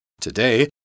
Today